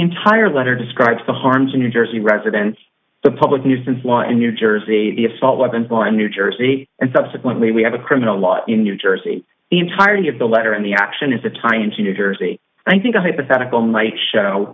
entire letter describes the harms in new jersey residents the public nuisance law in new jersey the assault weapons bar in new jersey and subsequently we have a criminal law in new jersey the entirety of the letter in the auction is the time to new jersey i think a hypothetical might show